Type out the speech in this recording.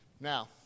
Now